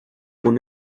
con